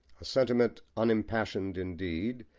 a sentiment unimpassioned indeed,